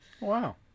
Wow